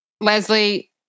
Leslie